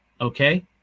okay